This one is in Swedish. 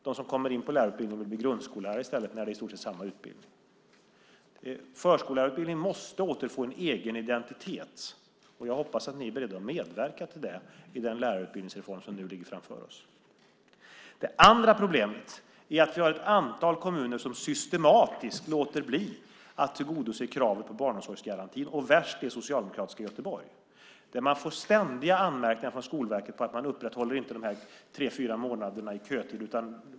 De som kommer in på lärarutbildningen vill bli grundskollärare i stället när det i stort sett är samma utbildning. Förskollärarutbildningen måste återfå en egen identitet. Jag hoppas att ni är beredda att medverka till det i den lärarutbildningsreform som nu ligger framför oss. Det andra problemet är att vi har ett antal kommuner som systematiskt låter bli att tillgodose kravet på barnomsorgsgarantin. Värst är socialdemokratiska Göteborg som får ständiga anmärkningar från Skolverket för att man inte upprätthåller de tre fyra månaderna i kötid.